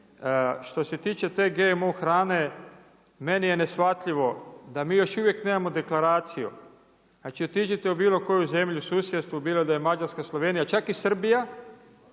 Što se tiče te GMO hrane, meni je neshvatljivo da mi još uvijek nemamo deklaraciju. Znači otiđite u bilo koju zemlju u susjedstvu, bilo da je Mađarska, Slovenija, čak i Srbija,